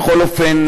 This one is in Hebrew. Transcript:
בכל אופן,